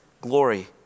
glory